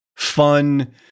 fun